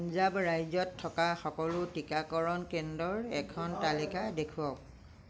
পঞ্জাৱ ৰাজ্যত থকা সকলো টীকাকৰণ কেন্দ্ৰৰ এখন তালিকা দেখুৱাওক